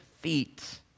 feet